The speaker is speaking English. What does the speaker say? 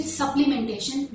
supplementation